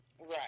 Right